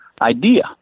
idea